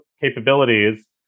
capabilities